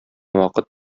вакыт